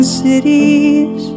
cities